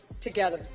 together